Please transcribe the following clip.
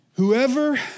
Whoever